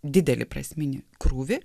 didelį prasminį krūvį